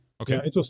Okay